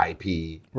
IP